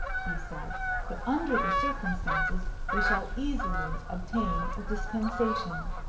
he said but under the circumstances we shall easily obtain a dispensation.